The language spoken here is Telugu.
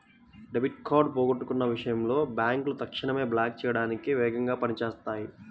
డెబిట్ కార్డ్ పోగొట్టుకున్న విషయంలో బ్యేంకులు తక్షణమే బ్లాక్ చేయడానికి వేగంగా పని చేత్తాయి